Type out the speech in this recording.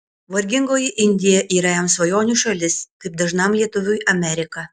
vargingoji indija yra jam svajonių šalis kaip dažnam lietuviui amerika